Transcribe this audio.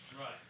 Right